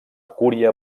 cúria